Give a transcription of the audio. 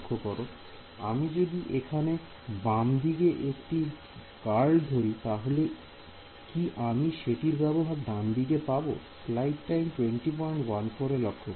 Student আমি যদি এইখানে বামদিকে একটি কারল ধরি তাহলে কি আমি সেটির ব্যবহার ডানদিকে পাব